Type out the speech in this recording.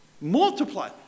Multiply